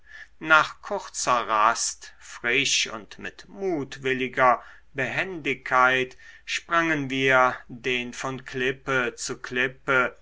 nach kurzer rast frisch und mit mutwilliger behendigkeit sprangen wir den von klippe zu klippe